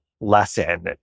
lesson